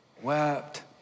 wept